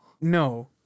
No